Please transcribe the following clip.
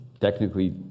technically